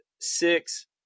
six